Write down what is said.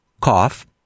cough